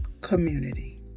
community